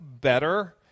better